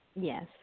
Yes